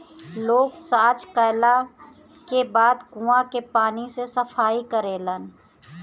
लोग सॉच कैला के बाद कुओं के पानी से सफाई करेलन